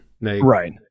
Right